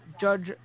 judge